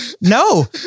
no